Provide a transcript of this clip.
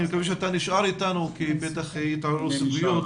אני מקווה שאתה נשאר איתנו כי בטח יתעוררו סוגיות.